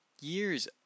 years